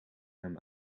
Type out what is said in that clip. hem